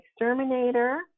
exterminator